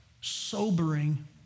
sobering